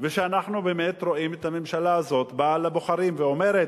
ואנחנו באמת רואים את הממשלה הזאת באה לבוחרים ואומרת: